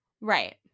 Right